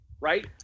right